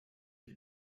wie